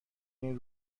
این